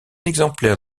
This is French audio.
exemplaire